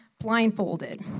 blindfolded